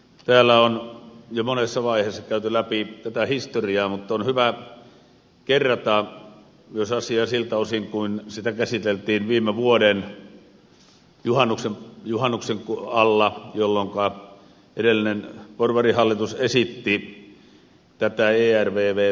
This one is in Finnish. täällä on jo monessa vaiheessa käyty läpi tätä historiaa mutta on hyvä kerrata myös asia siltä osin kuin sitä käsiteltiin viime vuoden juhannuksen alla jolloinka edellinen hallitus porvarihallitus esitti tätä ervv järjestelyä